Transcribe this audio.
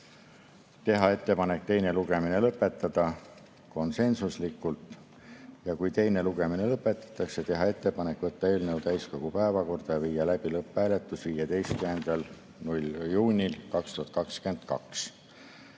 teha ettepanek teine lugemine lõpetada, see oli konsensuslik otsus; kui teine lugemine lõpetatakse, teha ettepanek võtta eelnõu täiskogu päevakorda ja viia läbi lõpphääletus 15. juunil 2022,